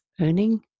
earning